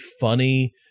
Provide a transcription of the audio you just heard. funny